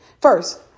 First